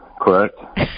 Correct